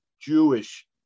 Jewish